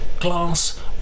glass